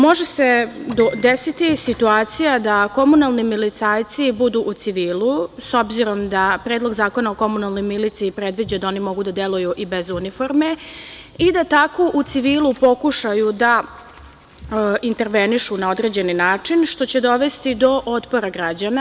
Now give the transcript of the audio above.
Može se desiti situacija da komunalni milicajci budu u civilu, s obzirom da Predlog zakona o komunalnoj miliciji predviđa da oni mogu da deluju i bez uniforme i da tako u civilu pokušaju da intervenišu na određeni način, što će dovesti do otpora građana.